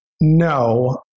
No